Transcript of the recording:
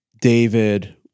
David